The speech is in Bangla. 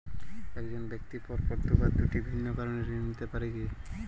এক জন ব্যক্তি পরপর দুবার দুটি ভিন্ন কারণে ঋণ নিতে পারে কী?